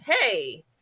hey